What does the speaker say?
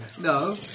no